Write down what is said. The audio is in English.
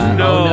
no